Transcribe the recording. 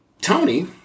Tony